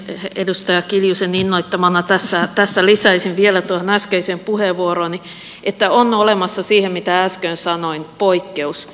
edustaja kiljusen innoittamana tässä lisäisin vielä tuohon äskeiseen puheenvuorooni että on olemassa siihen mitä äsken sanoin poikkeus